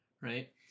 right